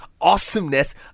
awesomeness